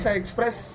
express